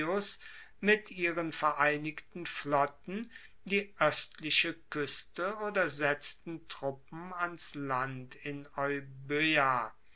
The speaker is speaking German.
mit ihren vereinigten flotten die oestliche kueste oder setzten truppen ans land in